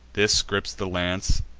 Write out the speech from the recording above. this gripes the lance,